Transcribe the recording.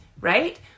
right